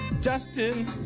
Dustin